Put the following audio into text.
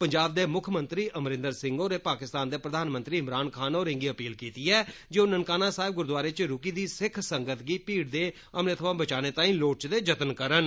पंजाब दे मुक्खमंत्री अमरिन्द्र सिंह होरें पाकिस्तान दे प्रधानमंत्री ईमरान खान होरें गी अपील कीती ऐ जे ओह् ननकाना साहेब गुरूद्वारा च रूकी दी सिख संगत गी मीड़ दे हमले थमां बचाने तांई लोड़चदे जत्न करन